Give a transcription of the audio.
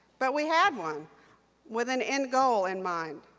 but we had one with an end goal in mind,